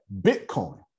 bitcoin